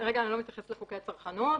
כרגע אני לא מתייחסת לחוקי הצרכנות.